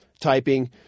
typing